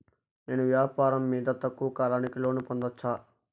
నేను వ్యాపారం మీద తక్కువ కాలానికి లోను పొందొచ్చా?